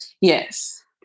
Yes